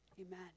Amen